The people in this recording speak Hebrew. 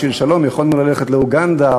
בשביל שלום יכולנו ללכת לאוגנדה.